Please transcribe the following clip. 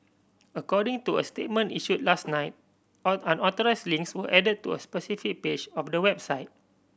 according to a statement issued last night unauthorised links were added to a specific page of the website